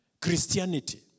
Christianity